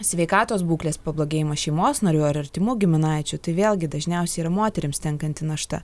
sveikatos būklės pablogėjimą šeimos narių ar artimų giminaičių tai vėlgi dažniausiai ir moterims tenkanti našta